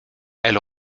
elle